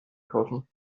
kaufen